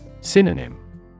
Synonym